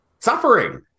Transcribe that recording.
Suffering